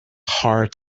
hard